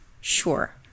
Sure